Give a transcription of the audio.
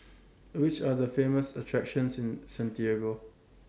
Which Are The Famous attractions in Santiago